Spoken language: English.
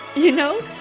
you know?